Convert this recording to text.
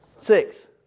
Six